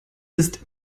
ist